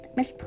Miss